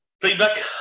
feedback